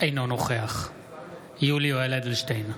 אינו נוכח יולי יואל אדלשטיין,